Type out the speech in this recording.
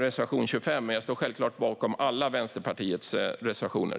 reservation 25, men jag står självklart bakom alla Vänsterpartiets reservationer.